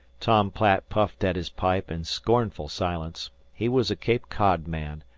tom platt puffed at his pipe in scornful silence he was a cape cod man,